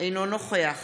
אינו נוכח